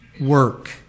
work